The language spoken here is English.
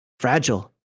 Fragile